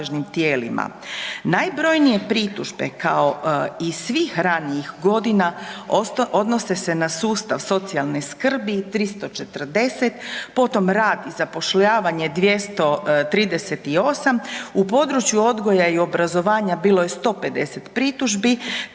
Najbrojnije pritužbe kao i svih ranijih godina odnose se na sustav socijalne skrbi 340, potom rad i zapošljavanje 238, u području odgoja i obrazovanja bilo je 150 pritužbi,